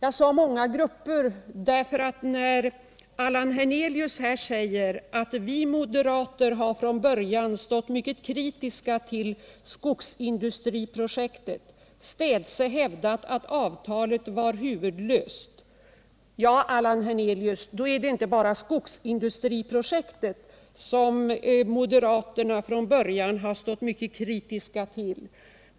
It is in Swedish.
Jag sade ”många grupper”, därför att när Allan Hernelius framhöll att moderaterna från början varit mycket kritiska mot skogsindustriprojektet och städse hävdat att avtalet var huvudlöst, är det att märka att det inte bara är skogsindustriprojektet som moderaterna från början varit mycket kritiska mot.